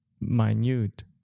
minute